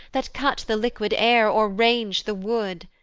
that cut the liquid air, or range the wood.